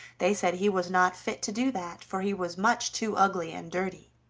they said he was not fit to do that, for he was much too ugly and dirty.